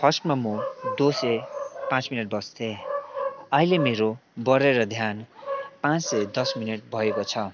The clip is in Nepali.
फर्स्टमा म दो से पाँच मिनट बस्थेँ अहिले मेरो बढेर ध्यान पाँच से दस मिनट भएको छ